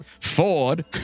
Ford